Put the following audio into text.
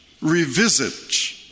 revisit